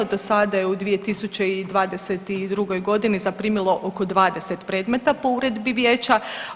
Dosada je u 2022. godini zaprimilo oko 20 predmeta po uredbi vijeća.